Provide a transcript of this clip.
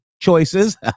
choices